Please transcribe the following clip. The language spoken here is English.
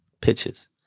pitches